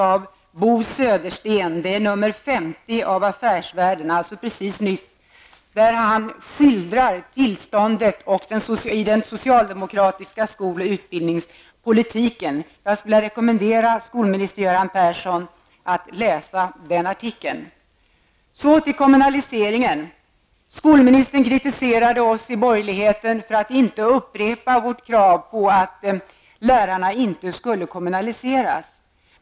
I nr 50 av Affärsvärlden skildrar Bo Södersten tillståndet i den socialdemokratiska skol och utbildningspolitiken. Jag skulle vilja rekommendera skolminister Göran Persson att läsa den artikeln. Så till kommunaliseringen. Skolministern kritiserade oss i borgerligheten för att vi inte upprepar vårt krav på att lärarna inte skulle kommunaliseras.